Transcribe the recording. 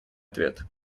ответ